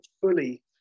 fully